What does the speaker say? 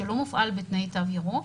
שלא מופעל בתנאי תו ירוק,